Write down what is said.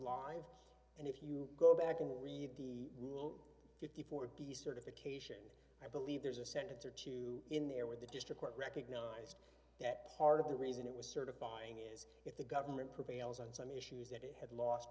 live and if you go back and read the rule fifty four b certification i believe there's a sentence or two in there with the district court recognized that part of the reason it was certifying is if the government prevails on some issues that it had lost